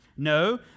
No